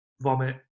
vomit